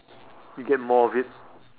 you get more of it